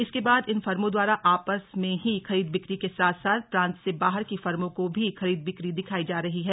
इसके बाद इन फर्मो द्वारा आपस में ही खरीद बिक्री के साथ साथ प्रांत से बाहर की फर्मो को भी खरीद बिक्री दिखाई जा रही है